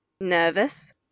Nervous